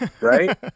right